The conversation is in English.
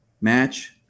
match